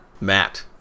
matt